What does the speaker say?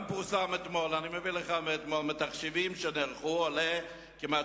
אתמול פורסם גם זה: "מתחשיבים שנערכו עולה כי כמעט